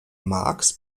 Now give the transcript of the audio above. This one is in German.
marx